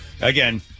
Again